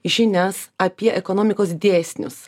žinias apie ekonomikos dėsnius